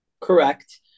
correct